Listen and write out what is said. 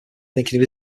thinking